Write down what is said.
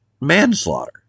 manslaughter